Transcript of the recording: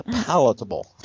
palatable